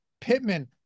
Pittman